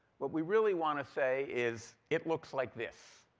what we really want to say is, it looks like this.